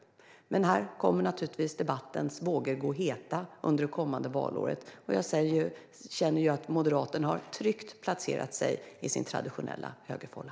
Om detta kommer debattens vågor givetvis att gå höga under detta valår, och jag känner att Moderaterna tryggt har placerat sig i sin traditionella högerfålla.